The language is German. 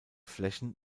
flächen